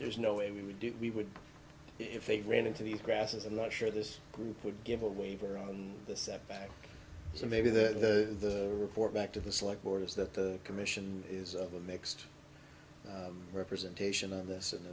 there's no way we do we would if they ran into the grasses i'm not sure this group would give a waiver on the setback so maybe that the report back to the select board is that the commission is of a mixed representation of this